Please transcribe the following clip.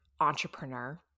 entrepreneur